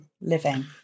living